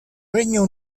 regno